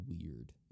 weird